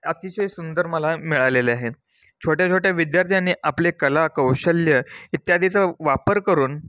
अतिशय सुंदर मला मिळालेले आहे छोट्या छोट्या विद्यार्थ्यांनी आपले कला कौशल्य इत्यादीचा वापर करून